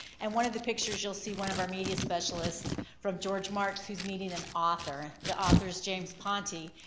and one of the pictures you'll see one of our media specialists from george marks who's meeting an author, the author's james ponti.